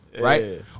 right